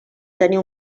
tenir